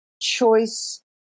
choice